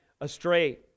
astray